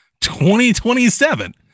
2027